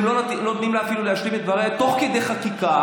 לא נותנים לה אפילו להשלים את דבריה תוך כדי חקיקה.